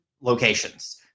locations